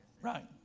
Right